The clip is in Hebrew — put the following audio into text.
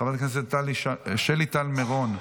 חברת הכנסת שלי טל מירון,